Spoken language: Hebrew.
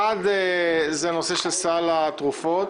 אחד, זה הנושא של סל התרופות.